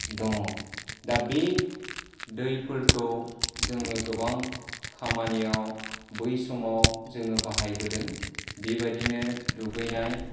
दङ दा बे दैफोरखौ जोङो गोबां खामानियाव बै समाव जोङो बाहायबोदों बेबायदिनो दुगैनाय